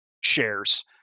shares